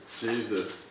Jesus